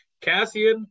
Cassian